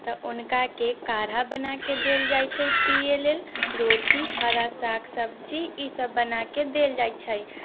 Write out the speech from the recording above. तऽ हुनका के काढ़ा बना कऽ देल जाइत छै पीयै लेल रोटी हरा साग सब्जी ईसभ बना कऽ देल जाइत छै